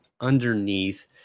underneath